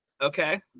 Okay